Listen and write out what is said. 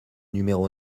numéro